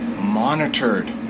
monitored